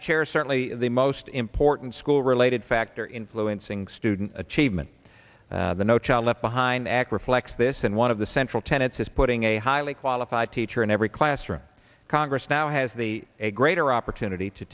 certainly the most important school related factor influencing student achievement the no child left behind act reflects this and one of the central tenets is putting a highly qualified teacher in every classroom congress now has the a greater opportunity to